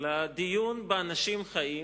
אלא דיון באנשים חיים,